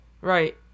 Right